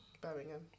Birmingham